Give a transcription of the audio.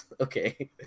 Okay